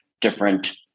different